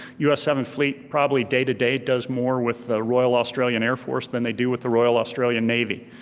us seventh fleet, probably day to day, does more with the royal australian air force than they do with the royal australian navy.